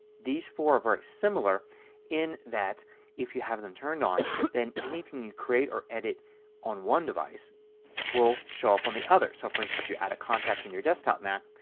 these four are very similar in that if you have them turned on then anything you create or edit on one device will show up on the others. so for instance you add a contact on and your desktop mac.